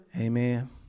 Amen